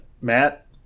Matt